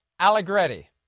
Allegretti